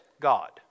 God